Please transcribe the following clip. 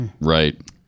Right